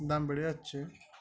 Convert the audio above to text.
দাম বেড়ে যাচ্ছে